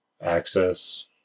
access